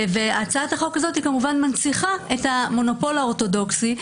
והצעת החוק הזאת כמובן מנציחה את המונופול האורתודוקסי,